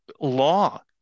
law